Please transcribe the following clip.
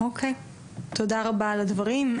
תודה רבה על הדברים.